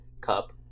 Cup